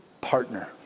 partner